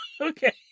Okay